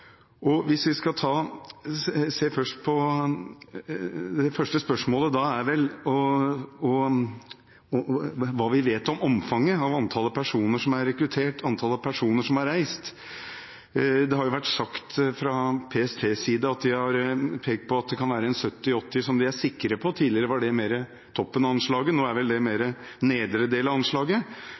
Det første spørsmålet er hva vi vet om omfanget, om antallet personer som er rekruttert, antallet personer som er reist. PST har pekt på at det kan være 70–80 personer som de er sikre på, tidligere var det mer toppen av anslaget; nå er vel dette mer nedre del av anslaget,